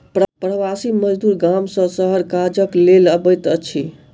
प्रवासी मजदूर गाम सॅ शहर काजक लेल अबैत अछि